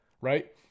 right